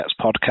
podcast